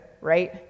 right